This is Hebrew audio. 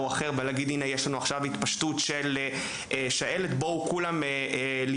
אחר ולהגיד שיש עכשיו התפשטות של שעלת ועכשיו יש